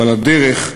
אבל הדרך,